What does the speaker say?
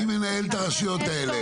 מי מנהל את הרשויות האלה?